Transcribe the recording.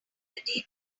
dataset